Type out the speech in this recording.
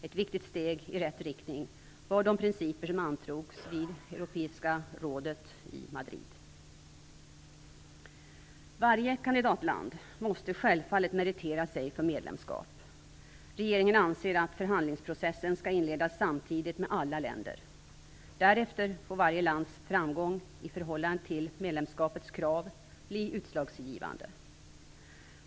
Ett viktigt steg i rätt riktning var de principer som antogs vid Varje kandidatland måste självfallet meritera sig för medlemskap. Regeringen anser att förhandlingsprocessen skall inledas samtidigt med alla länder. Därefter får varje lands framgång i förhållande till medlemskapets krav bli utslagsgivande.